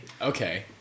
Okay